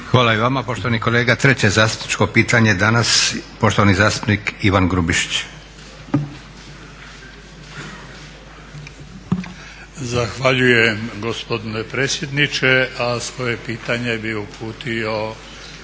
Hvala i vama poštovani kolega. Treće zastupničko pitanje danas, poštovani zastupnik Ivan Grubišić. **Grubišić, Ivan (Nezavisni)** Zahvaljujem gospodine predsjedniče, a svoje pitanje bih uputio